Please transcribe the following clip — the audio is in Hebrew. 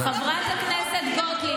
חברת הכנסת גוטליב,